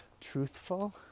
truthful